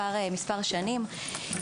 מספר שנים.